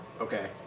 Okay